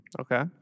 Okay